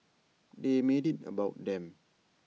they made IT about them